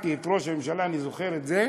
כששמעתי את ראש הממשלה, אני זוכר את זה,